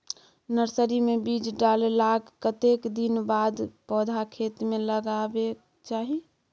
Nursery मे बीज डाललाक कतेक दिन के बाद पौधा खेत मे लगाबैक चाही?